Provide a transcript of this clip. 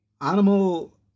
animal